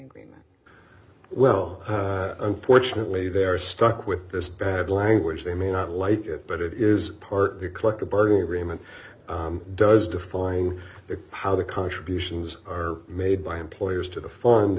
agreement well unfortunately they're stuck with this bad language they may not like it but it is part of the collective bargaining agreement does define the how the contributions are made by employers to the f